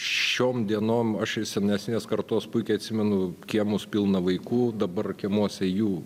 šiom dienom aš ir senesnės kartos puikiai atsimenu kiemus pilna vaikų dabar kiemuose jų